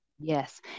Yes